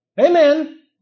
Amen